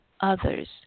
others